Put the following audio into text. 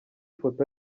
ifoto